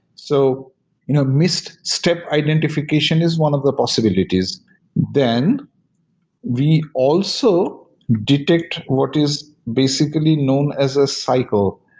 so you know missed step identification is one of the possibilities then we also detect what is basically known as a cycle.